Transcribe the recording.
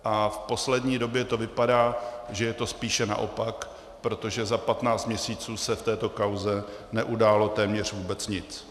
V poslední době to vypadá, že je to spíše naopak, protože za 15 měsíců se v této kauze neudálo téměř vůbec nic.